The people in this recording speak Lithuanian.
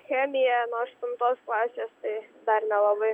chemija nuo aštuntos klasės tai dar nelabai